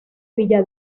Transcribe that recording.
villa